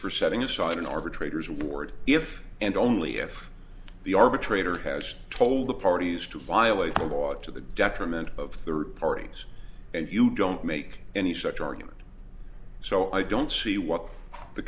for setting aside an arbitrator's word if and only if the arbitrator has told the parties to violate the law to the detriment of third parties and you don't make any such argument so i don't see what the